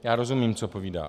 Já rozumím, co povídá.